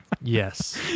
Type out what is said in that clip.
Yes